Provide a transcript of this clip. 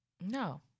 no